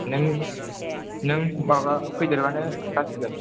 नों नों माबा फैदेरबानो जासिगोन